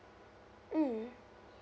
mm